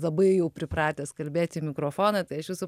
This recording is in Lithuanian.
labai jau pripratęs kalbėti į mikrofoną tai aš jūsų